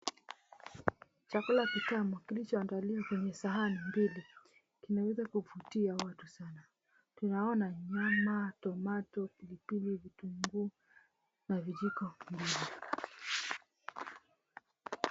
Chakula kitamu kilichoandaliwa kwenye sahani mbili kimeweza kuwavutia watu sana. Tunaona nyama, tomato , pilipili, vitunguu na vijiko mbili.